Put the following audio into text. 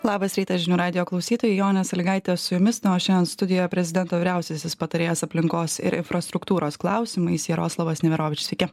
labas rytas žinių radijo klausytojai jonė sąlygaitė su jumis nors šiandien studijo prezidento vyriausiasis patarėjas aplinkos ir infrastruktūros klausimais jaroslavas neverovičius sveiki